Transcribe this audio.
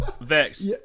Vex